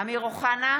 אמיר אוחנה,